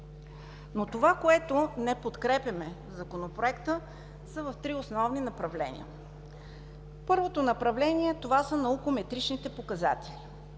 Но това, което не подкрепяме в Законопроекта, са в три основни направления. Първото направление са наукометричните показатели.